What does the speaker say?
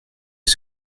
les